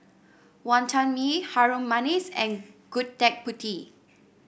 Wonton Mee Harum Manis and Gudeg Putih